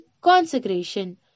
consecration